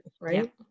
right